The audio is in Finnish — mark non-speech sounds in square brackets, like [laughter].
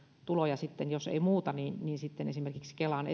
tuloja jos ei muuten niin sitten esimerkiksi kelan [unintelligible]